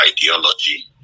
ideology